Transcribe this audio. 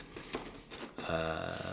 uh